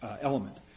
element